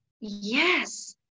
yes